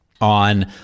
on